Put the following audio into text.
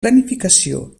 planificació